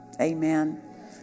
Amen